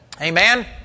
Amen